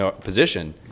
position